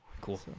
Cool